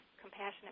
Compassionate